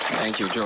thank you.